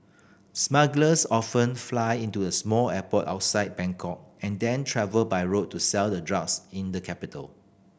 smugglers often fly into the small airport outside Bangkok and then travel by road to sell the drugs in the capital